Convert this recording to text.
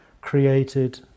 created